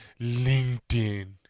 LinkedIn